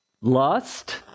lust